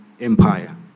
Empire